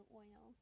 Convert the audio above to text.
oil